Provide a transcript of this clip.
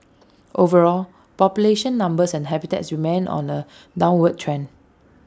overall population numbers and habitats remain on A downward trend